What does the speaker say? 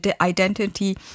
identity